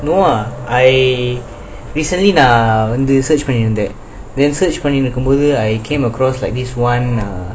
no ah I recently நான் வந்து:nan vanthu research பன்னிட்டு இருந்தேன்:pannitu irunthaen then research பன்னிட்டு இருக்கும்போது:pannitu irukumbodhu I came across like this one err